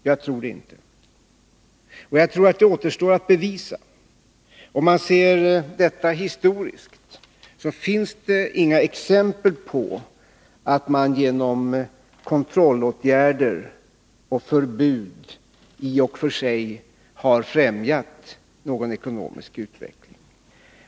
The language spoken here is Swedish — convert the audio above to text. Jag tror det inte, och jag tror att det återstår att bevisa att det går att göra det. Det finns inga exempel i historien på att man genom kontrollåtgärder och förbud har främjat den ekonomiska utvecklingen.